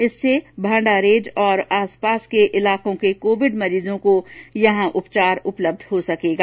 इससे भांडारेज और आसपास के इलाकों के कोविड मरीजों को यहां उपचार उपलब्ध हो सकेगा